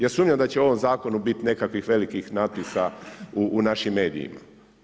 Ja sumnjam da će u ovom zakonu biti nekakvi velikih natpisa u našim medijima.